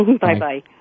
Bye-bye